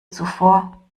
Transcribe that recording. zuvor